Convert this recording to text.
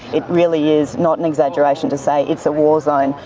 it really is not an exaggeration to say it's a war zone.